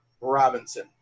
Robinson